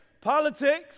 politics